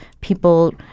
people